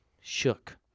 Shook